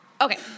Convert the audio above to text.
Okay